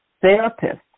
therapist